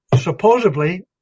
supposedly